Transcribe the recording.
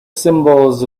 symbols